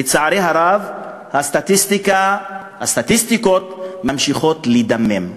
לצערי הרב הסטטיסטיקות ממשיכות לדמם.